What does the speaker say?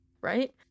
right